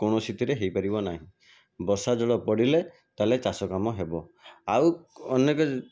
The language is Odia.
କୌଣସିଥିରେ ହୋଇପାରିବ ନାହିଁ ବର୍ଷା ଜଳ ପଡ଼ିଲେ ତାହେଲେ ଚାଷ କାମ ହେବ ଆଉ ଅନେକ